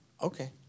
okay